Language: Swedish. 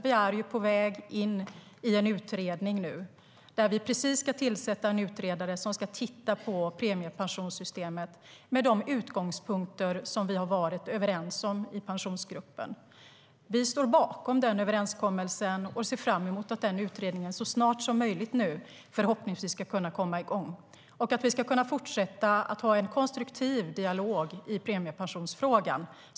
Vi ska precis tillsätta en utredare som ska titta på premiepensionssystemet med de utgångspunkter som vi har kommit överens om i pensionsgruppen. Vi står bakom den överenskommelsen och ser fram emot att den utredningen så snart som möjligt ska kunna komma igång och att vi ska kunna fortsätta att ha en konstruktiv dialog i premiepensionsfrågan.